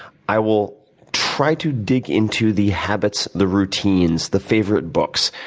i will try to dig into the habits, the routines, the favorite books,